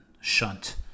shunt